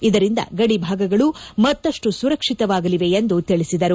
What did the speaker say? ಇದರಿಂದ ಗಡಿಭಾಗಗಳು ಮತ್ತಷ್ಟು ಸುರಕ್ಷಿತವಾಗಲಿವೆ ಎಂದು ತಿಳಿಸಿದರು